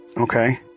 okay